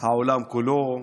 העולם כולו.